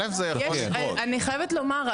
אני חייבת לומר,